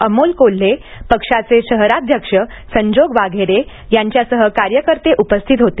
अमोल कोल्हे पक्षाचे शहराध्यक्ष संजोग वाघेरे यांच्यासह कार्यकर्ते उपस्थित होते